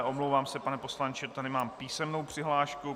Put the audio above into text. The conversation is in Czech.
Omlouvám se, pane poslanče, tady mám písemnou přihlášku.